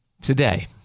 today